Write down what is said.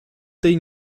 tej